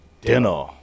dinner